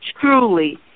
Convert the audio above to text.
truly